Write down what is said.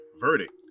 verdict